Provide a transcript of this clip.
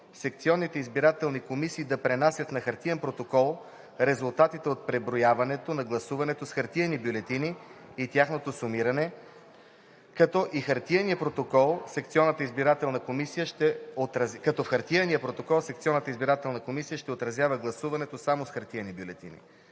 секционните избирателни комисии да пренасят на хартиения протокол резултатите от преброяването на гласуването с хартиени бюлетини и тяхното сумиране, като в хартиения протокол секционната избирателна комисия ще отразява гласуването само с хартиени бюлетини.